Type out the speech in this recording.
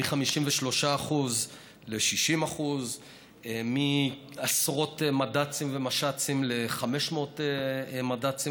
מ-53% ל-60%; מעשרות מד"צים ומש"צים ל-500 מד"צים